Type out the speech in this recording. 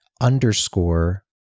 underscore